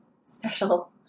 special